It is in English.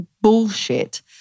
bullshit